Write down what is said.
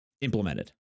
implemented